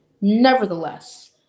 Nevertheless